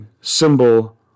symbol